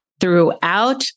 throughout